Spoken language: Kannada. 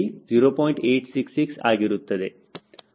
ಅದು ಇಲ್ಲಿ ಗರಿಷ್ಠವಾದ LD 0